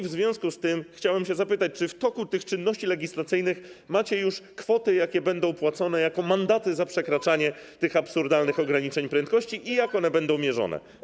W związku z tym chciałbym zapytać, czy w toku czynności legislacyjnych macie już określone kwoty, jakie będą płacone za mandaty za przekraczanie tych absurdalnych ograniczeń prędkości i jak one będą mierzone.